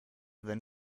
than